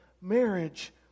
marriage